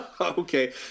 Okay